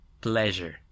pleasure